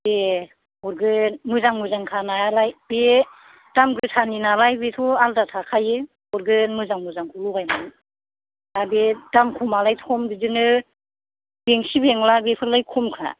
दे हरगोन मोजां मोजांखा नायालाय बे दाम गोसानि नालाय बेखौ आलदा थाखायो हरगोन मोजां मोजांंखौ लगायनानै आर बे दाम खमालाय खम बिदिनो बेंसि बेंला बेफोरलाय खमखा